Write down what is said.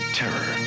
terror